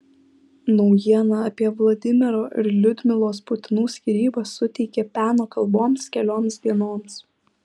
naujiena apie vladimiro ir liudmilos putinų skyrybas suteikė peno kalboms kelioms dienoms